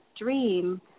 dream –